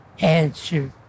answer